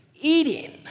eating